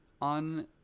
on